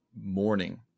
morning